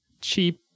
cheap